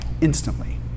instantly